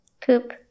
poop